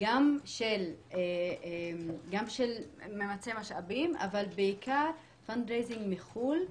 גם של ממצי משאבים, אבל בעיקר גיוס משאבים מחו"ל.